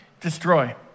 destroy